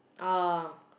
ah